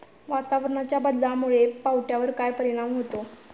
वातावरणाच्या बदलामुळे पावट्यावर काय परिणाम होतो?